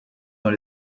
dans